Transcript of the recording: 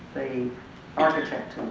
the architect,